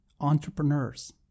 entrepreneurs